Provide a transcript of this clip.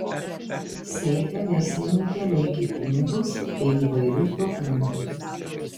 seife verslininkė laikė pinigus bei įvairius dokumentus